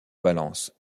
valence